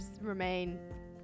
remain